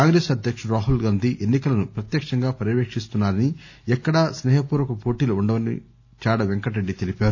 కాంగ్రెస్ అధ్యకుడు రాహుల్ గాంధీ ఎన్నికలను ప్రత్యక్షంగా పర్యవేకిస్తున్నా రని ఎక్కడా స్నే హపూర్వక పోటీలు ఉండవని చాడ తెలిపారు